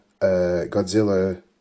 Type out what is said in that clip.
Godzilla